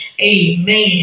Amen